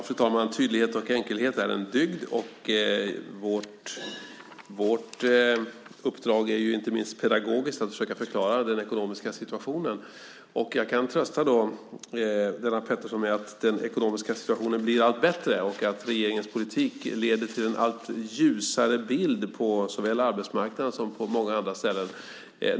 Fru talman! Tydlighet och enkelhet är en dygd. Vårt uppdrag är ju också inte minst pedagogiskt, att försöka förklara den ekonomiska situationen. Jag kan trösta Lennart Pettersson med att den ekonomiska situationen blir allt bättre och att regeringens politik leder till en allt ljusare bild såväl på arbetsmarknaden som på många andra ställen.